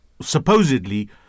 supposedly